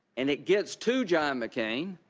and it gets to john mccain.